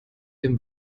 dem